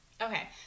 Okay